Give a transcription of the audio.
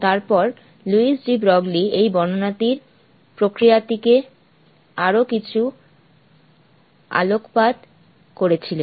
এরপর Louis de Broglie এই বর্ণনাটির প্রক্রিয়াটিতে আরও কিছু আলকপাত করেছিলেন